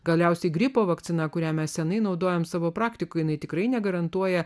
galiausiai gripo vakciną kurią mes seniai naudojame savo praktikoje jinai tikrai negarantuoja